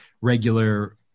regular